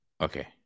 okay